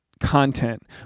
content